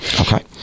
Okay